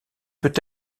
peut